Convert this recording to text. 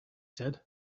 said